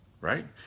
right